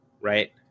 Right